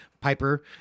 Piper